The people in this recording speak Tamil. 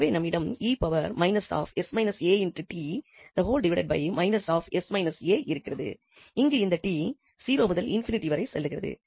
எனவே நம்மிடம் இருக்கிறது இங்கு இந்த 𝑡 0 முதல் ∞வரை செல்கிறது